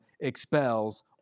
expels